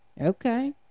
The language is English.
Okay